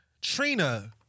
Trina